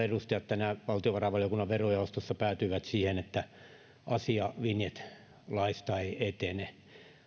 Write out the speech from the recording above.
edustajat tänään valtiovarainvaliokunnan verojaostossa päätyivät siihen että asia vinjet laista ei etene